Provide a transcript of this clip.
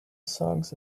songs